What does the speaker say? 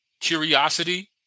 curiosity